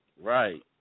right